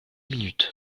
minutes